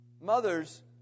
mothers